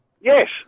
Yes